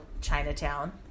Chinatown